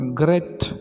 great